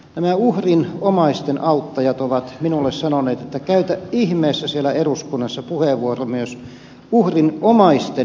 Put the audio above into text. nämä uhrin omaisten auttajat ovat minulle sanoneet että käytä ihmeessä siellä eduskunnassa puheenvuoro myös uhrin omaisten näkökulmasta